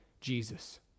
Jesus